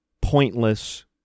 pointless